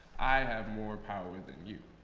i have more power than you,